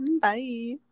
Bye